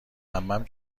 عمم